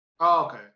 okay